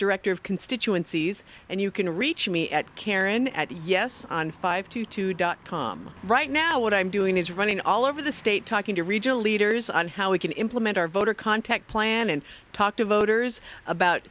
director of constituencies and you can reach me at karen at yes on five to two dot com right now what i'm doing is running all over the state talking to regional leaders on how we can implement our voter contact plan and talk to voters about